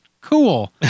cool